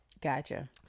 gotcha